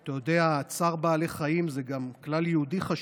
אתה יודע, צער בעלי חיים זה גם כלל יהודי חשוב.